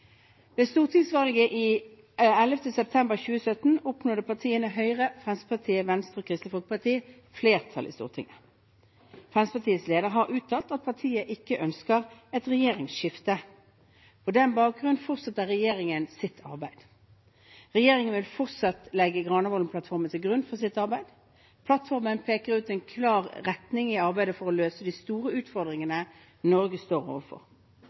Ved stortingsvalget 11. september 2017 oppnådde partiene Høyre, Fremskrittspartiet, Venstre og Kristelig Folkeparti flertall i Stortinget. Fremskrittspartiets leder har uttalt at partiet ikke ønsker et regjeringsskifte. På den bakgrunn fortsetter regjeringen sitt arbeid. Regjeringen vil fortsatt legge Granavolden-plattformen til grunn for sitt arbeid. Plattformen peker ut en klar retning i arbeidet for å løse de store utfordringene Norge står overfor.